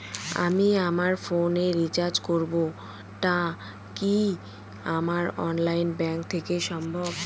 আমি আমার ফোন এ রিচার্জ করব টা কি আমার অনলাইন ব্যাংক থেকেই সম্ভব?